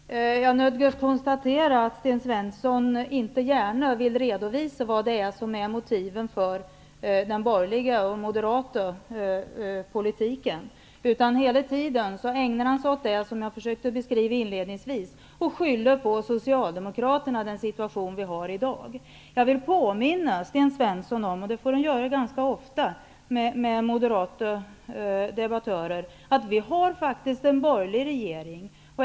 Herr talman! Jag nödgas konstatera att Sten Svensson inte gärna vill redovisa motiven för den borgerliga och den moderata politiken. Hela ti den ägnar han sig i stället åt det som jag inled ningsvis försökte beskriva. Han skyller dagens si tuation på Socialdemokraterna. Jag vill påminna Sten Svensson om, och det får man göra ganska ofta när det gäller moderata de battörer, att vi faktiskt har en borgerlig regering.